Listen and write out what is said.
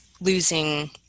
losing